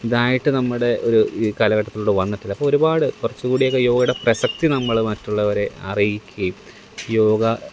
ഇതായിട്ട് നമ്മുടെ ഒരു ഈ കാലഘട്ടത്തിലൂടെ വന്നിട്ടില്ല അപ്പം ഒരുപാട് കുറച്ചു കൂടിയൊക്കെ യോഗയുടെ പ്രസക്തി നമ്മൾ മറ്റുള്ളവരെ അറിയിക്കുകയും യോഗ